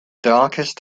darkest